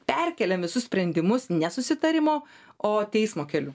perkeliam visus sprendimus nesusitarimo o teismo keliu